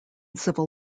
civil